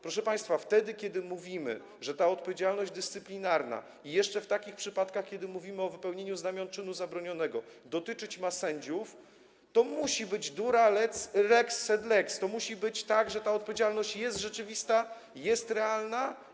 Proszę państwa, wtedy kiedy mówimy, że ta odpowiedzialność dyscyplinarna - jeszcze w takich przypadkach, kiedy mówimy o wypełnieniu znamion czynu zabronionego - dotyczyć ma sędziów, to musi być dura lex, sed lex, to musi być tak, że ta odpowiedzialność jest rzeczywista, jest realna.